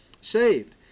saved